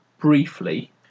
briefly